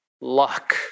luck